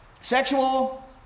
sexual